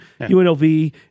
UNLV